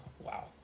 wow